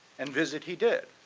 and visit he did,